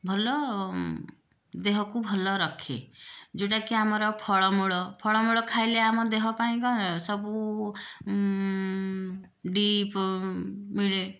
ଭଲ ଦେହକୁ ଭଲ ରଖେ ଯେଉଁଟା କି ଆମର ଫଳ ମୂଳ ଫଳ ମୂଳ ଖାଇଲେ ଆମ ଦେହ ପାଇଁକା କ'ଣ ସବୁ ବି ମିଳେ